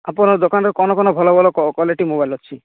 ଆପଣଙ୍କ ଦୋକାନରେ କ'ଣ କ'ଣ ଭଲ ଭଲ କ କ୍ୱାଲିଟି ମୋବାଇଲ ଅଛି